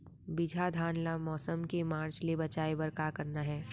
बिजहा धान ला मौसम के मार्च ले बचाए बर का करना है?